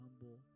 humble